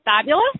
fabulous